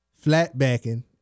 flat-backing